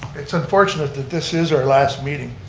it's unfortunate that this is our last meeting.